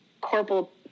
corporal